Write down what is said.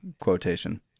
Quotation